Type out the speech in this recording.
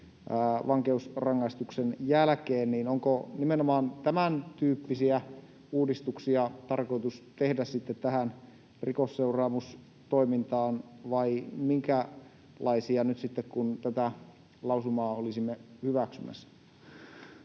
vankeusrangaistuksen jälkeen. Onko nimenomaan tämäntyyppisiä uudistuksia tarkoitus tehdä tähän rikosseuraamustoimintaan vai minkälaisia nyt sitten kun tätä lausumaa olisimme hyväksymässä?